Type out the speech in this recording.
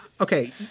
Okay